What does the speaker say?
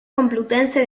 complutense